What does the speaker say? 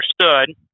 understood